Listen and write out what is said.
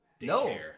No